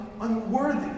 unworthy